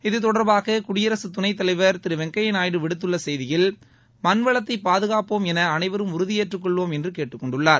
இத்தொடர்பாக குடியரகத்துணைத்தலைவர் திரு வெங்கப்யா நாயுடு விடுத்துள்ள செய்தியில் மண் வளத்தை பாதுகாப்போம் என அனைவரும் உறுதி ஏற்றுக்கொள்வோம் என்று கேட்டுக்கொண்டுள்ளார்